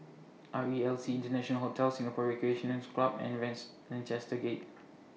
R E L C International Hotel Singapore Recreation Club and wins Lancaster Gate